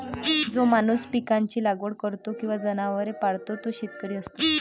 जो माणूस पिकांची लागवड करतो किंवा जनावरे पाळतो तो शेतकरी असतो